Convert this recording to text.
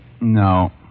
No